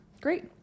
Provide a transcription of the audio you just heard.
Great